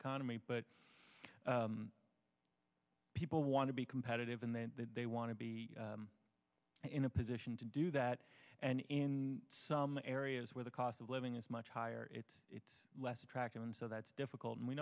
economy but people want to be competitive and then they want to be in a position to do that and in some areas where the cost of living is much higher it it's less attractive and so that's difficult and we